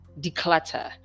declutter